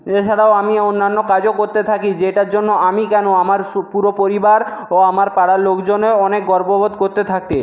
এছাড়াও আমি অন্যান্য কাজও করতে থাকি যেটার জন্য আমি কেন আমার পুরো পরিবার ও আমার পাড়ার লোকজনও অনেক গর্ববোধ করতে থাকে